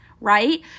right